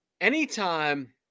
Anytime